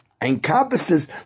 encompasses